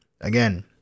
Again